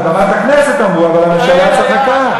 על במת הכנסת אמרו, אבל הממשלה צחקה.